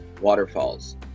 Waterfalls